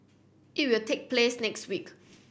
it will take place next week